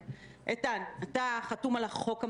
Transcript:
מזה.